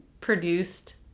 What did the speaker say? produced